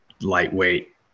lightweight